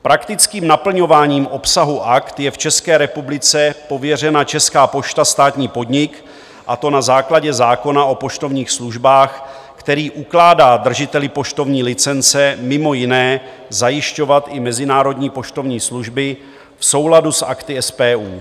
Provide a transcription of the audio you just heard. Praktickým naplňováním obsahu Akt je v České republice pověřena Česká pošta, státní podnik, a to na základě zákona o poštovních službách, který ukládá držiteli poštovní licence mimo jiné zajišťovat i mezinárodní poštovní služby v souladu s Akty SPU.